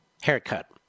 haircut